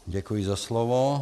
Děkuji za slovo.